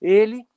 ele